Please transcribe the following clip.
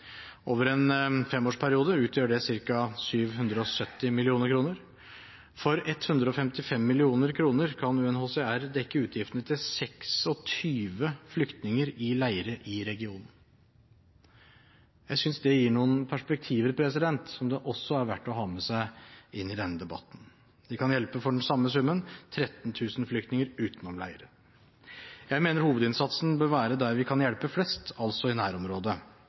Over en femårsperiode utgjør det ca. 770 mill. kr. For 155 mill. kr kan UNHCR dekke utgiftene til 26 000 flyktninger i leirer i regionen. Jeg synes det gir noen perspektiver som det også er verdt å ha med seg i denne debatten. Vi kan for den samme summen hjelpe 13 000 flyktninger utenom leirer. Jeg mener hovedinnsatsen bør være der vi kan hjelpe flest, altså i nærområdet.